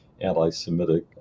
anti-Semitic